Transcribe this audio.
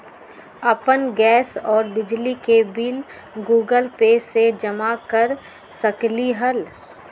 अपन गैस और बिजली के बिल गूगल पे से जमा कर सकलीहल?